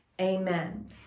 amen